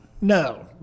No